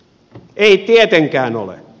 ei tietenkään ole